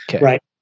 right